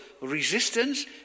resistance